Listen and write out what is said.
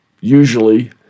usually